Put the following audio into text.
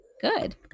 Good